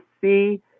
see